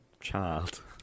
Child